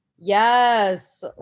Yes